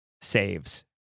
saves